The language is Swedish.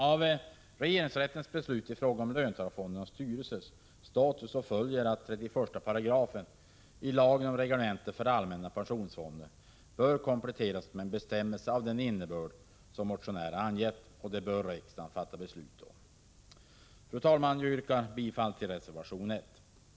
Av regeringsrättens beslut i fråga om löntagarfondstyrelsernas status följer att 31 § lagen med reglemente för allmänna pensionsfonden bör kompletteras med en bestämmelse av den innebörd som motionärerna har angett. Därom bör riksdagen fatta beslut. Fru talman! Jag yrkar bifall till reservation 1.